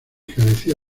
carecía